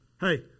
hey